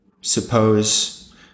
suppose